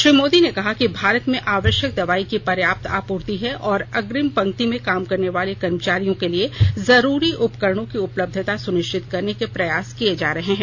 श्री मोदी ने कहा कि भारत में आवश्यक दवाई की पर्याप्त आपूर्ति है और अग्रिम पंक्ति में काम करने वाले कर्मचारियों के लिए जरूरी उपकरणों की उपलब्धता सुनिश्चित करने के प्रयास किए जा रहे हैं